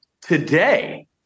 today